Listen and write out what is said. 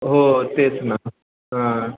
हो तेच ना हां